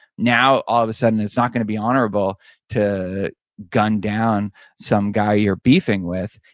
now all of a sudden it's not going to be honorable to gun down some guy you're beefing with,